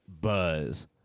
buzz